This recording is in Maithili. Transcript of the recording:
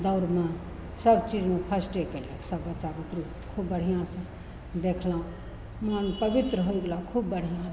दौड़मे सबचीजमे फर्स्टे कएलक सब बच्चा बुतरु खूब बढ़िआँसे देखलहुँ मोन पवित्र होइ गेलऽ खूब बढ़िआँ लागल